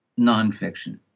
nonfiction